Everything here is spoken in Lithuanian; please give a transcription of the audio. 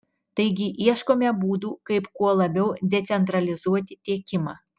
taigi ieškome būdų kaip kuo labiau decentralizuoti tiekimą